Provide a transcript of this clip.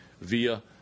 via